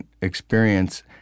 experience